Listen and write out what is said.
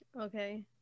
Okay